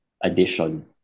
addition